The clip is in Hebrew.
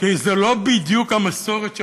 כי זו לא בדיוק המסורת שלכם,